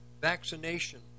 vaccination